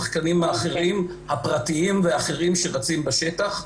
גם על ידי השחקנים הפרטיים והאחרים שרצים בשטח,